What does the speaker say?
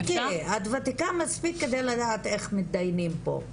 ריקי, את וותיקה מספיק, כדי לדעת איך מתדיינים פה.